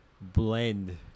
blend